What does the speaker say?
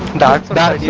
docs of